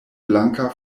blanka